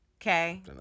Okay